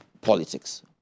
politics